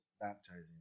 baptizing